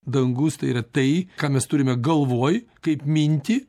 dangus tai yra tai ką mes turime galvoj kaip mintį